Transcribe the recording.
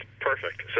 perfect